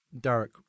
Derek